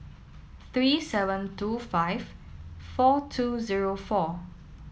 three seven two five four two zero four